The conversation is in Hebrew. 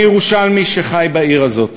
אני ירושלמי שחי בעיר הזאת,